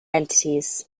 entities